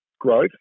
growth